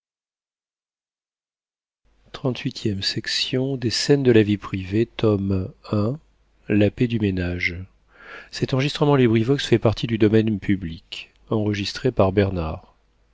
livre scènes de la vie privée la maison du